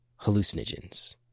hallucinogens